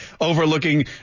overlooking